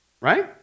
right